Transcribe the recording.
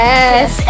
Yes